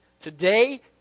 today